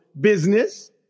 business